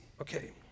okay